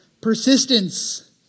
Persistence